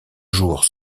jour